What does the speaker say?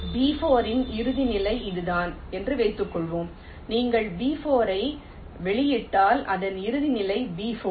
B4 இன் இறுதி நிலை இதுதான் என்று வைத்துக் கொள்வோம் நீங்கள் B4 ஐ வெளியிட்டால் இதன் இறுதி நிலை B4